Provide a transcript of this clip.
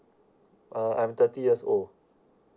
uh I'm thirty years old